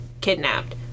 kidnapped